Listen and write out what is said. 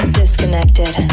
disconnected